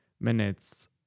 minutes